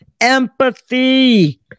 empathy